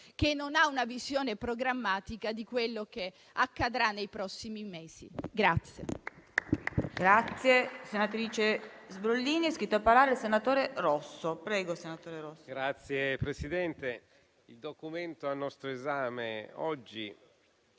che non ha una visione programmatica di quello che accadrà nei prossimi mesi.